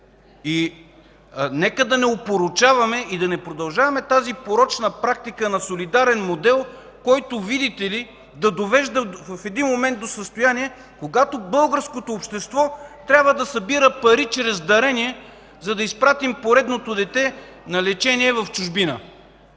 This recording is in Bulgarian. Нека да не опорочаваме и да не продължаваме тази порочна практика на солидарен модел, който видите ли, да довежда в един момент до състояние, когато българското общество трябва да събира пари чрез дарение, за да изпратим поредното дете на лечение в чужбина.